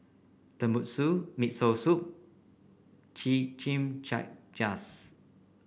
Tenmusu Miso Soup